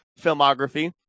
Filmography